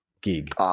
gig